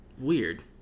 Weird